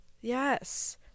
Yes